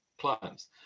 clients